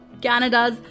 Canada's